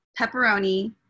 pepperoni